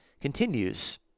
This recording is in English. continues